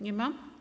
Nie ma.